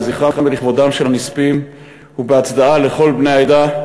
לזכרם ולכבודם של הנספים ובהצדעה לכל בני העדה,